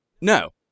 No